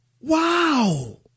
Wow